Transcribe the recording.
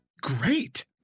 great